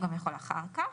הוא גם יכול אחר כך.